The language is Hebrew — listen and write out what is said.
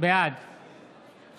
בעד יסמין פרידמן,